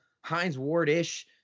Heinz-Ward-ish